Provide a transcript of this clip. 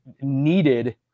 needed